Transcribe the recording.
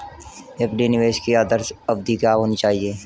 FD निवेश की आदर्श अवधि क्या होनी चाहिए?